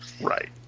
Right